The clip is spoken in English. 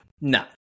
no